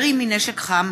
(ירי מנשק חם),